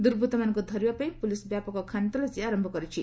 ଦୁର୍ବୃତ୍ତମାନଙ୍କୁ ଧରିବା ପାଇଁ ପୁଲିସ ବ୍ୟାପକ ଚଢାଉ ଆରମ୍ଭ କରିଛି